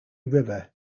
river